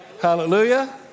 Hallelujah